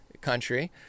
country